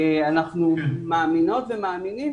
אנחנו מאמינות ומאמינים